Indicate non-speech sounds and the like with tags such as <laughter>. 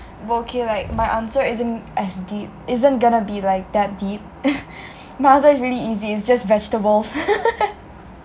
okay like my answer isn't as deep deep isn't gonna be like that deep <laughs> mine's just really easy it's just vegetables <laughs>